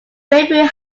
bravery